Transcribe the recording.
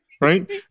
right